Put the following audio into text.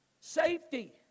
safety